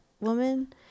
woman